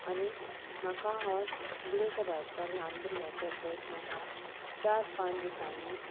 आनी म्हाका हो ब्यू कलरचो ल्हान भुरग्याचो ड्रेस म्हाका चार पांच दिसांनी